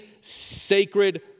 sacred